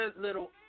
little